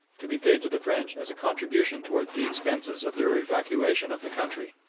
to be paid to the french as a contribution towards the expenses of their evacuation of the country.